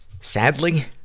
Sadly